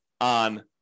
on